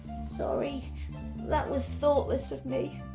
sorry that was thoughtless of me.